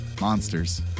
Monsters